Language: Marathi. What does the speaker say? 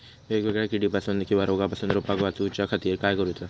वेगवेगल्या किडीपासून किवा रोगापासून रोपाक वाचउच्या खातीर काय करूचा?